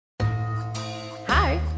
Hi